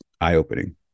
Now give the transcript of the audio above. eye-opening